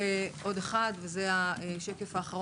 יש לנו